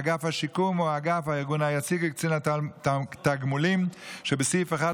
אגף השיקום או אגף הארגון היציג לקצין התגמולים שבסעיף 1